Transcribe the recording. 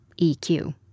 EQ